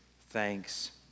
thanks